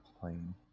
plane